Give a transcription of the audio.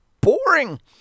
boring